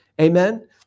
Amen